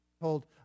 told